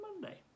Monday